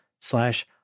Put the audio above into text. slash